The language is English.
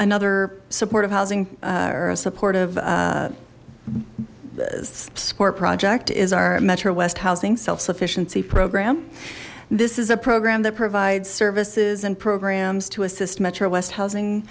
another supportive housing or a supportive skort project is our metro west housing self sufficiency program this is a program that provides services and programs to assist metro west housing